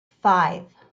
five